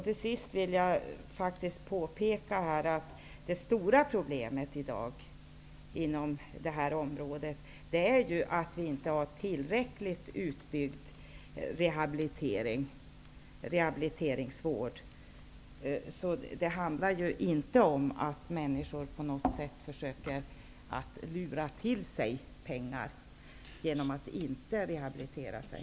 Till sist vill jag påpeka att det stora problemet inom detta område i dag är ju att rehabiliteringsvården inte är tillräckligt utbyggd. Det handlar inte om att människor försöker att lura till sig pengar genom att inte vilja genomgå rehabilitiering.